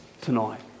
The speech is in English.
tonight